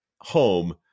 home